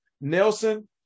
Nelson